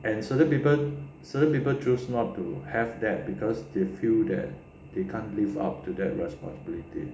and certain people certain people choose not to have that because they feel that they can't live up to that responsibility